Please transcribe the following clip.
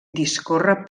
discorre